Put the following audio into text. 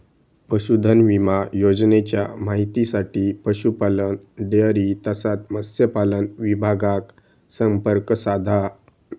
पशुधन विमा योजनेच्या माहितीसाठी पशुपालन, डेअरी तसाच मत्स्यपालन विभागाक संपर्क साधा